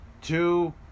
two